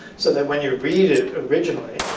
so that when you read it, originally,